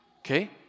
okay